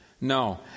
No